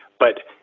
but